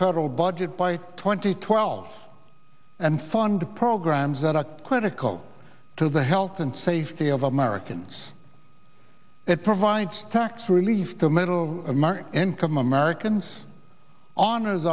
federal budget by twenty twelve and fund programs that are critical to the health and safety of americans it provides tax relief to middle income americans honors